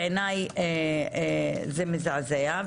בעיניי זה מזעזע.